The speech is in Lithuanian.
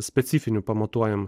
specifinių pamatuojam